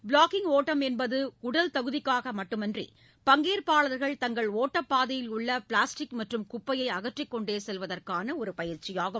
blogging ஓட்டம் என்பது உடல் தகுதிக்காக மட்டுமன்றி பங்கேற்பாளர்கள் தங்கள் ஓட்டப் பாதையில் உள்ள பிளாஸ்டிக் மற்றும் குப்பையை அகற்றிக் கொண்டே செல்வதற்கான பயிற்சியாகும்